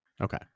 Okay